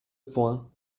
point